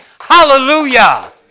Hallelujah